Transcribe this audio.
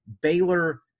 Baylor